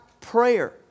prayer